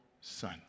son